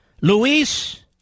Luis